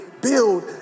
build